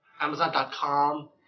Amazon.com